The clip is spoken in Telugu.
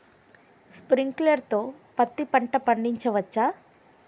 స్ప్రింక్లర్ తో పత్తి పంట పండించవచ్చా?